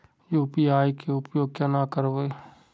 UPI के उपयोग केना करबे?